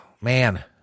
man